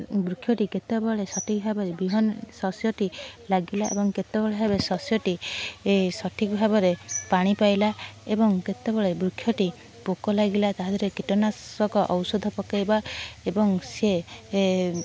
ବୃକ୍ଷଟି କେତେବେଳେ ସଠିକ୍ ଭାବରେ ବିହନ ଶସ୍ୟଟି ଲାଗିଲା ଏବଂ କେତେବେଳେ ଭାବେ ଶସ୍ୟଟି ସଠିକ୍ ଭାବରେ ପାଣି ପାଇଲା ଏବଂ କେତେବେଳେ ବୃକ୍ଷଟି ପୋକଲାଗିଲା ତା ଦେହରେ କୀଟନାଶକ ଔଷଧ ପକାଇବା ଏବଂ ସେ